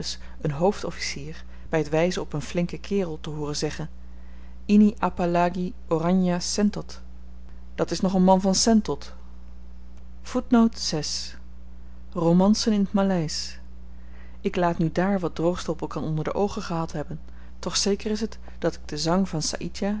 een hoofdofficier by t wyzen op n flinken kerel te hooren zeggen ienie apa lagie orangnja sentot dat is nog een man van sentot romancen in t maleisch ik laat nu daar wat droogstoppel kan onder de oogen gehad hebben doch zeker is t dat ik den zang van